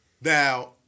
Now